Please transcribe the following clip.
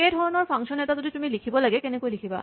একেধৰণৰ ফাংচন এটা যদি তুমি লিখিব লাগে কেনেকৈ লিখিবা